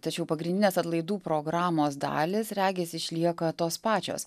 tačiau pagrindinės atlaidų programos dalys regis išlieka tos pačios